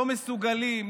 לא מסוגלים,